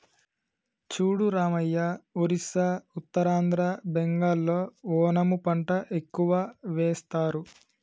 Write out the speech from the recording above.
చూడు రామయ్య ఒరిస్సా ఉత్తరాంధ్ర బెంగాల్లో ఓనము పంట ఎక్కువ వేస్తారు